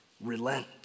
relent